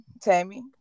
Tammy